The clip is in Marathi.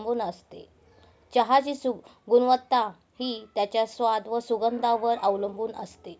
चहाची गुणवत्ता हि त्याच्या स्वाद, सुगंधावर वर अवलंबुन असते